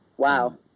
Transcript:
Wow